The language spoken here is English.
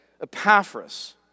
Epaphras